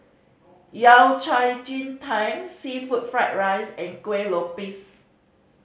Yao Cai ji tang seafood fried rice and Kuih Lopes